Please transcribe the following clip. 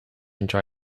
enjoy